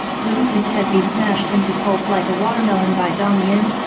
wouldn't his head be smashed into pulp like a watermelon by dong yin?